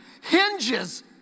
hinges